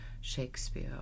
Shakespeare